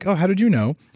so how did you know?